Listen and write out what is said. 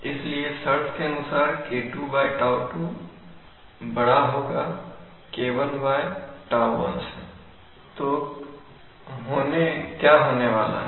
इसलिए शर्त के अनुसार K2 τ2 K1 τ1 है क्या होने वाला है